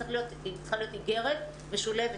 היא צריכה להיות אגרת משולבת,